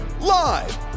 Live